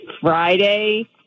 Friday